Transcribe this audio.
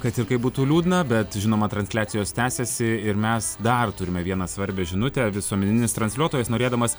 kad ir kaip būtų liūdna bet žinoma transliacijos tęsiasi ir mes dar turime vieną svarbią žinutę visuomeninis transliuotojas norėdamas